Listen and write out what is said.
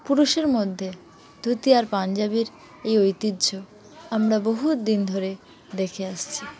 পুরুষের মধ্যে ধুতি আর পাঞ্জাবির এই ঐতিহ্য আমরা বহুত দিন ধরে দেখে আসছি